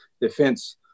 defense